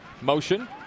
Motion